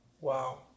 Wow